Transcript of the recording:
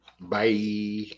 Bye